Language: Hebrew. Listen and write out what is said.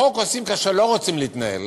חוק עושים כאשר לא רוצים להתנהל